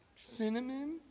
Cinnamon